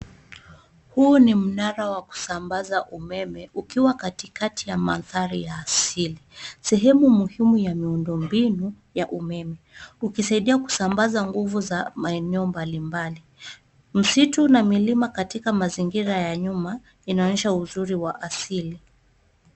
Huu ni mnara wa kusambaza umeme ukiwa katikati ya mandhari ya asili. Sehemu muhimu ya miundombinu ya umeme. Uki saidia kusambaza nguvu za maeneo mbalimbali. Msitu na milima katika mazingira ya nyuma inaonyesha uzuri wa asili.